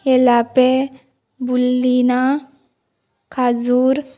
येलापे बुल्लिना खाजूर